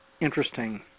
interesting